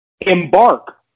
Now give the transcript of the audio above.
embark